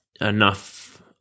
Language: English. enough